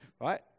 right